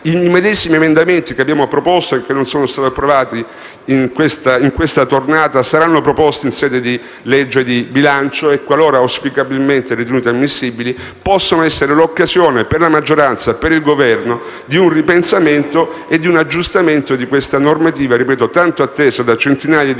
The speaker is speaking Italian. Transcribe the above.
I medesimi emendamenti che abbiamo proposto, e che non sono stati approvati in questa tornata, saranno riproposti in sede di legge di bilancio e qualora, auspicabilmente, fossero ritenuti ammissibili, potranno essere l'occasione per la maggioranza e il Governo di un ripensamento e di un aggiustamento di questa normativa tanto attesa da centinaia di